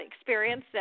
experience